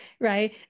right